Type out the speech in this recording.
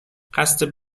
قصد